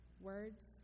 words